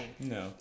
No